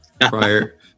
prior